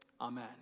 amen